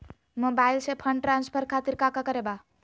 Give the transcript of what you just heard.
Mobile से fund transfer खातिर काका करे के बा?